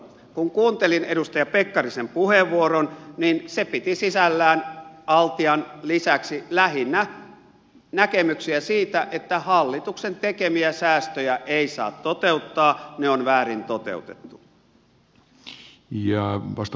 kun kuuntelin edustaja pekkarisen puheenvuoron niin se piti sisällään altian lisäksi lähinnä näkemyksiä siitä että hallituksen tekemiä säästöjä ei saa toteuttaa ne on väärin toteutettu